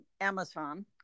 Amazon